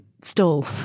Stole